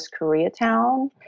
Koreatown